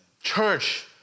Church